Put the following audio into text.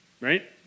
right